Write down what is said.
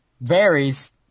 varies